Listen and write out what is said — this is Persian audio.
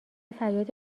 فریاد